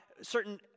certain